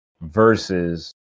versus